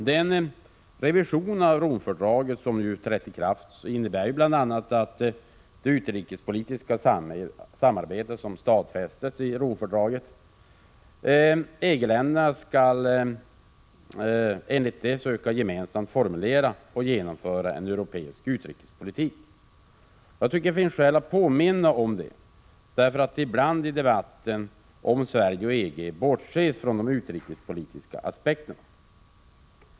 Enligt den revision av Romfördraget som trätt i kraft och det utrikespolitiska samarbete som stadfästs i Romfördraget skall EG-länderna gemensamt söka formulera och genomföra en europeisk utrikespolitik. Det finns skäl att påminna om detta därför att det ibland i debatten om Sverige och EG bortses från de utrikespolitiska aspekterna.